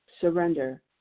surrender